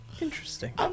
Interesting